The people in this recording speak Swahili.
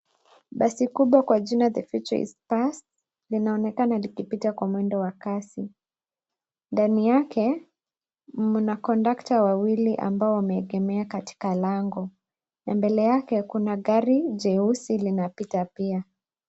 Basi kubwa kwa jina The futue is past linaonekana likipita kwa mwendo wa kasi ndani yake mna kondakta wawili ambao wameegemea katika lango, mbele yake kuna gari jeusi linapita pia.